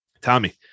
tommy